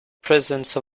presence